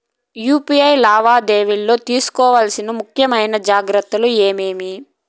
UPI లావాదేవీలలో తీసుకోవాల్సిన ముఖ్యమైన జాగ్రత్తలు ఏమేమీ?